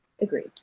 Agreed